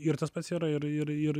ir tas pats yra ir ir ir